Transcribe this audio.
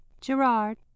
gerard